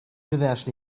universe